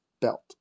belt